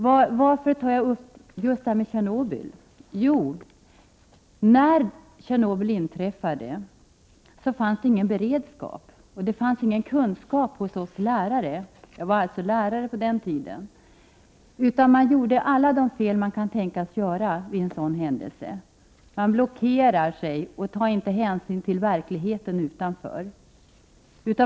Men vad har det med just Tjernobyl att göra? Jo, när olyckan i Tjernobyl inträffade fanns det ingen beredskap. Jag var lärare på den tiden. Det fanns ingen kunskap hos oss lärare, utan man gjorde alla de fel som man kan tänkas göra vid en sådan händelse. Man blockerar sig och tar inte hänsyn till verkligheten utanför.